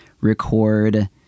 record